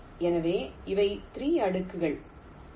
எனவே இவை 3 அடுக்குகள் வி